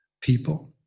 people